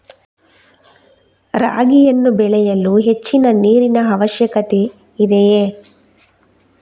ರಾಗಿಯನ್ನು ಬೆಳೆಯಲು ಹೆಚ್ಚಿನ ನೀರಿನ ಅವಶ್ಯಕತೆ ಇದೆಯೇ?